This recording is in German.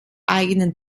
eigenen